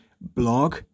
blog